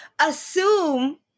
assume